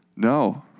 No